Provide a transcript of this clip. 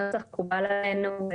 הנוסח מקובל עלינו,